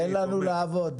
תן לנו לעבוד.